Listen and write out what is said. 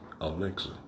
Alexa